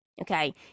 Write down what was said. Okay